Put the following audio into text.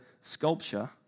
sculpture